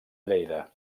lleida